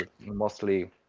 mostly